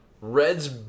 Red's